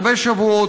הרבה שבועות.